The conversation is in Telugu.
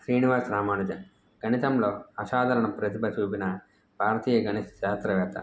శ్రీనివాస్ రామానుజన్ గణితంలో అసాధారణ ప్రతిభ చూపిన భారతీయ గణిత శాస్త్రవేత్త